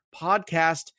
Podcast